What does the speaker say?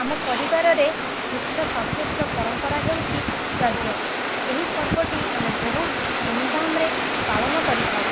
ଆମ ପରିବାରରେ ମୁଖ୍ୟ ସାଂସ୍କୃତିକ ପରମ୍ପରା ହେଉଛି ରଜ ଏହି ପର୍ବଟି ଆମେ ବହୁତ ଧୁମଧାମରେ ପାଳନ କରିଥାଉ